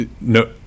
no